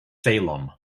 salem